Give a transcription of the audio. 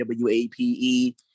WAPe